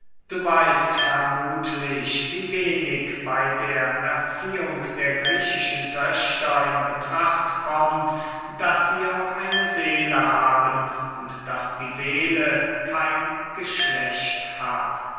du weißt vermuthlich wie wenig bey der erziehung der griechischen töchter in betrachtung kommt daß sie auch eine seele haben und daß die seele kein geschlecht hat